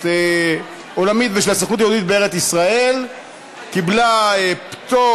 העולמית ושל הסוכנות היהודית לארץ-ישראל (תיקון,